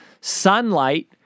Sunlight